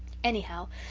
anyhow,